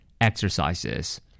exercises